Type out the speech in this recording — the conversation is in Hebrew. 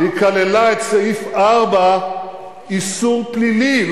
היא כללה את סעיף 4, איסור פלילי.